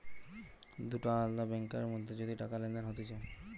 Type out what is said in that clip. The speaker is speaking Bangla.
দুটা আলদা ব্যাংকার মধ্যে যদি টাকা লেনদেন হতিছে